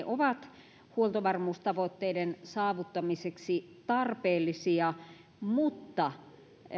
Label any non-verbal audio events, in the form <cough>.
<unintelligible> ovat huoltovarmuustavoitteiden saavuttamiseksi tarpeellisia mutta